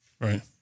Right